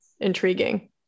intriguing